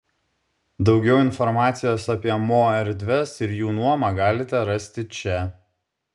daugiau informacijos apie mo erdves ir jų nuomą galite rasti čia